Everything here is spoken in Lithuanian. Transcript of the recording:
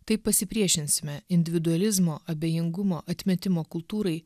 taip pasipriešinsime individualizmo abejingumo atmetimo kultūrai